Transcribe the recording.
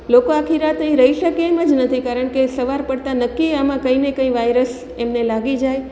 લોકો આખી રાત અહીં રહી શકે એમ જ નથી કારણ કે સવાર પડતા નક્કી આમાં કંઈ ને કંઈ વાયરસ એમને લાગી જાય